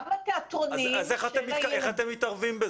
גם התיאטרונים --- איך אתם מתערבים בזה?